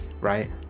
Right